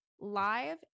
live